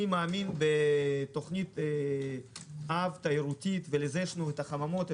אני מאמין בתכנית-אב תיירותית ולזה יש לנו החממות,